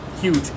Huge